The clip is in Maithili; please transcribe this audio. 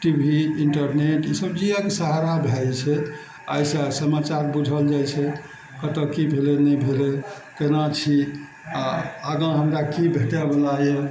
टी वी इंटरनेट ई सब जीवैके सहारा भए जाइ छै अइसँ समाचार बुझल जाइ छै कतय की भेलय नहि भेलय केना छी आओर आगा हमरा की भेटयवला यऽ